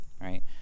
Right